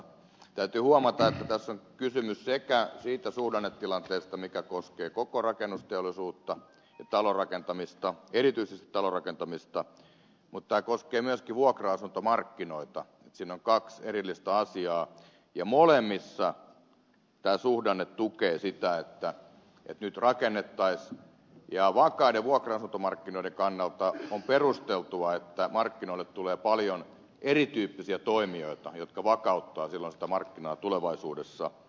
täytyy huomata että tässä on kysymys siitä suhdannetilanteesta mikä koskee koko rakennusteollisuutta ja talonrakentamista erityisesti talonrakentamista mutta tämä koskee myöskin vuokra asuntomarkkinoita siinä on kaksi erillistä asiaa ja molemmissa tämä suhdanne tukee sitä että nyt rakennettaisiin ja vakaiden vuokra asuntomarkkinoiden kannalta on perusteltua että markkinoille tulee paljon eri tyyppisiä toimijoita jotka vakauttavat silloin sitä markkinaa tulevaisuudessa